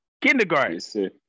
kindergarten